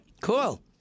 Cool